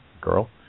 girl